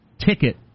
ticket